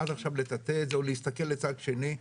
עד עכשיו לטאטא את זה או להסתכל לצד שני.